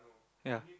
ya